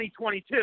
2022